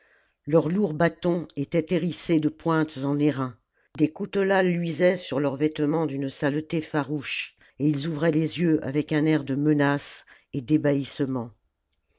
leurs lourds bâtons étaient hérissés de pointes en airain des coutelas luisaient sur leurs vêtements d'une saleté farouche et ils ouvraient les yeux avec un air de menace et